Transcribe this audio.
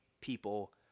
people